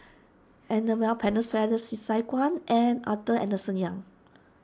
Annabel Pennefather Sei Sai Kuan and Arthur Henderson Young